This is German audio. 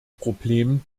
problem